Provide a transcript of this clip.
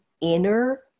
inner